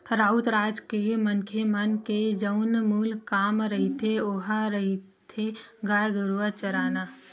राउत जात के मनखे मन के जउन मूल काम रहिथे ओहा रहिथे गाय गरुवा चराना